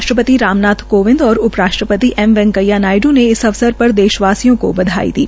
राष्ट्रपति राम नाथ कोविंद और उप राष्ट्रपति एम वैकेंया नायड् ने इस अवसरर देश वासियों को बधाई दी